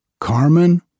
Carmen